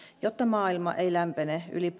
jotta maailma ei lämpene yli